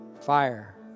Fire